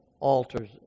altars